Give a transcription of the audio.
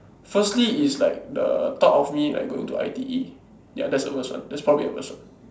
firstly is like the thought of me like going to I_T_E ya that's the worst one that's probably the worst one